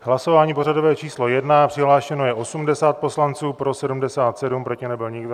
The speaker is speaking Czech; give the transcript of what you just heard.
Hlasování pořadové číslo 1, přihlášeno je 80 poslanců, pro 77, proti nebyl nikdo.